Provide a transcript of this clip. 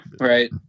right